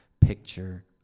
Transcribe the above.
picture